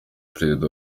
perezida